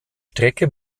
strecke